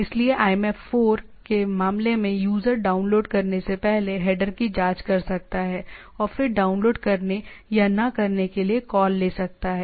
इसलिए IMAP4 के मामले में यूजर डाउनलोड करने से पहले हेडर की जांच कर सकता है और फिर डाउनलोड करने या न करने के लिए कॉल ले सकता है